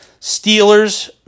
Steelers